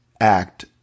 act